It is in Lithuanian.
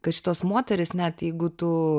kad šitos moterys net jeigu tu